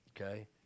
Okay